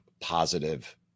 positive